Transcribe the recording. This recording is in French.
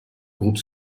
groupe